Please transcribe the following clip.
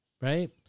right